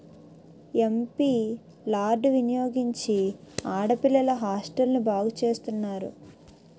MP lad వినియోగించి ఆడపిల్లల హాస్టల్ను బాగు చేస్తున్నారు